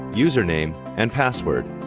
username, and password.